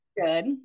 good